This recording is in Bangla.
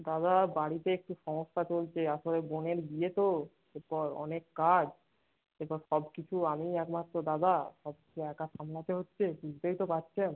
দাদা বাড়িতে একটু সমস্যা চলছে আসলে বোনের বিয়ে তো এরপর অনেক কাজ তাই তো সব কিছু আমিই একমাত্র দাদা সব কিছু একা সামলাতে হচ্ছে বুঝতেই তো পারছেন